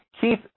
Keith